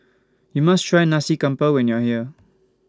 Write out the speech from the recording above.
YOU must Try Nasi Campur when YOU Are here